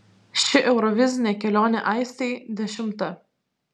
ši eurovizinė kelionė aistei dešimta